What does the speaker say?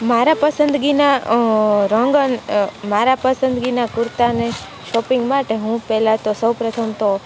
મારા પસંદગીના રંગ અને મારા પસંદગીના કુર્તાને શોપિંગ માટે હું પહેલાં તો સૌ પ્રથમ તો